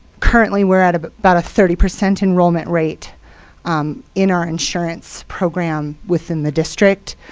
currently, we're at but about a thirty percent enrollment rate um in our insurance program within the district.